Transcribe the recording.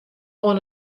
oan